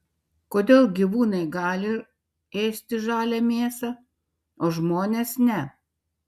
kodėl gyvūnai gali ėsti žalią mėsą o žmonės ne